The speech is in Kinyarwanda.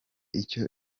icyo